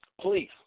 Please